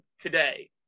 today